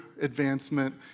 advancement